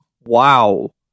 Wow